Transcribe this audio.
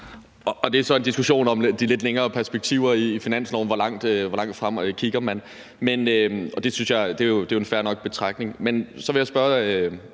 Det er så en diskussion om de lidt længere perspektiver i finansloven, hvor langt frem man kigger, og det synes jeg er en fair nok betragtning. Men så vil jeg spørge